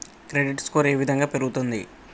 Credit score ఏ విధంగా పెరుగుతుంది?